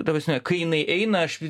ta prasme kai jinai eina aš